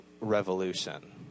revolution